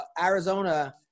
Arizona